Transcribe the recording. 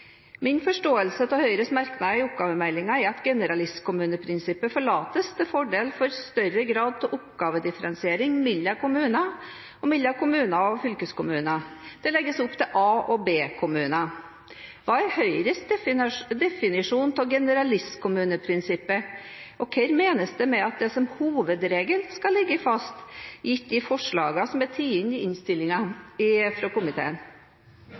Min forståelse av Høyres merknad i oppgavemeldingen er at generalistkommuneprinsippet forlates til fordel for større grad av oppgavedifferensiering mellom kommuner, og mellom kommuner og fylkeskommuner. Det legges opp til A- og B-kommuner. Hva er Høyres definisjon på generalistkommuneprinsippet, og hva menes det med at det «som hovedregel» skal ligge fast, gitt de forslagene som er tatt inn i innstillingen fra komiteen?